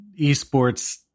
esports